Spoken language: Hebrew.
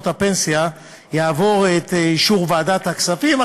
הפנסיה יעבור את אישור ועדת הכספים,